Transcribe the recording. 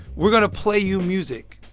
we're going to play you music.